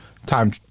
time